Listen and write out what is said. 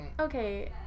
okay